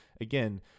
again